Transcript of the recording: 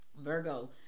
Virgo